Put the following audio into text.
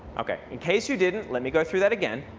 ok, in case you didn't let me go through that again.